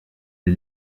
les